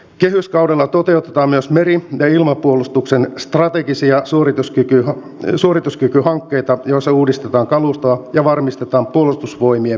kehyskaudella toteutetaan myös meri ja ilmapuolustuksen strategisia suorituskykyhankkeita joissa uudistetaan kalustoa ja varmistetaan puolustusvoimiemme toimintakyky